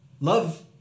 love